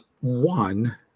one